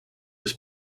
was